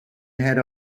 ahead